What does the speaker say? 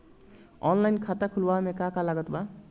Online खाता खुलवावे मे का का लागत बा?